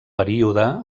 període